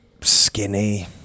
skinny